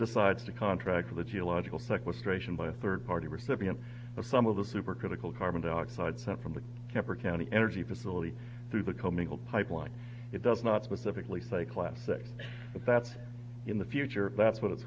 decides to contract with a geological sequestration by a third party recipient of some of the supercritical carbon dioxide sent from the kemper county energy facility to the comingled pipeline it does not specifically say classic that's in the future that's what it's